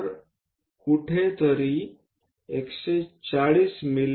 तर कुठेतरी 140 मि